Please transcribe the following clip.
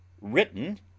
written